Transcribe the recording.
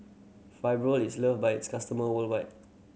is loved by its customers worldwide